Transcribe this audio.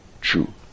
true